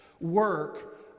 work